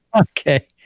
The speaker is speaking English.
Okay